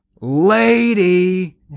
lady